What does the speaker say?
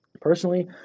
Personally